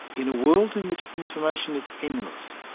in a world in which information is endless,